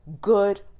good